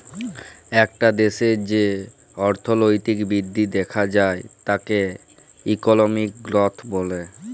একটা দ্যাশের যে অর্থলৈতিক বৃদ্ধি দ্যাখা যায় তাকে ইকলমিক গ্রথ ব্যলে